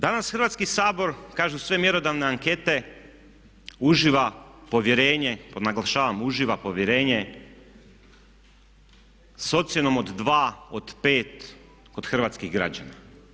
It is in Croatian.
Danas Hrvatski sabor, kažu sve mjerodavne ankete uživa povjerenje, naglašavam uživa povjerenje s ocjenom od dva, od 5 kod hrvatskih građana.